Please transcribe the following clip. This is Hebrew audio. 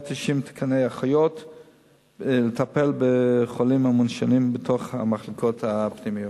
תקני אחיות לטפל בחולים המונשמים בתוך המחלקות הפנימיות.